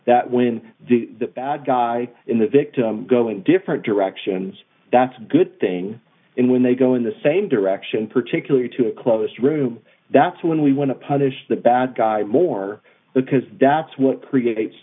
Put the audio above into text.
that when the bad guy in the victim going different directions that's a good thing and when they go in the same direction particularly to a closed room that's when we want to punish the bad guys more because that's what creates